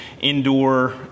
indoor